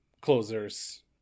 closers